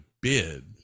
bid